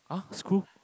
(huh) screw